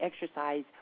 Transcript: exercise